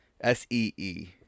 S-E-E